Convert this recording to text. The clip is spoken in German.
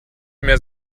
mehr